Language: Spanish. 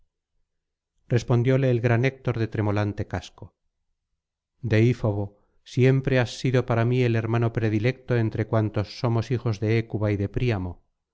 respondióle el gran héctor de tremolante casco deífobo siempre has sido para mí el hermano predilecto entre cuantos somos hijos de hécuba y de príamo